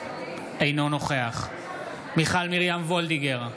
אינו נוכח מיכל מרים וולדיגר,